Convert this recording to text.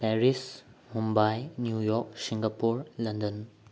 Paris Mumbai New York Singapore London